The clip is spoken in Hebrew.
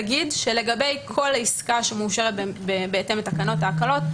שלגבי כל עסקה שמאושרת בהתאם לתקנות ההקלות,